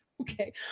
Okay